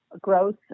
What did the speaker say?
growth